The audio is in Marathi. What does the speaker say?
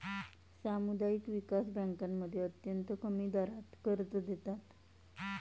सामुदायिक विकास बँकांमध्ये अत्यंत कमी दरात कर्ज देतात